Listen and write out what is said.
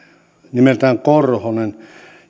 nimeltään korhonen